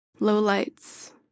lowlights